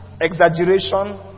exaggeration